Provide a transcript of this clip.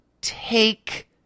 take